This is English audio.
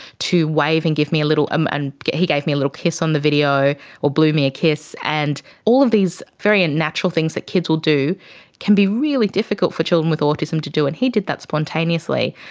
to wave and give me a little, um and he gave me a little kiss on the video or blew me a kiss. and all of these very natural things that kids will do can be really difficult for children with autism to do, and he did that spontaneously.